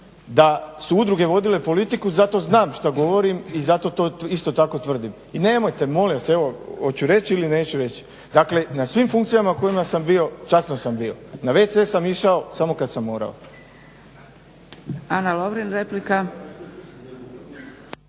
da su udruge vodile politiku zato znam što govorim i to isto tako tvrdim. I nemojte molim vas, evo hoću reći ili neću reći. Dakle na svim funkcijama na kojima sam bio časno sam bio, na WC sam išao samo kada sam morao.